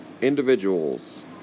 individuals